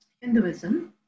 Hinduism